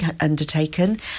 undertaken